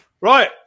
Right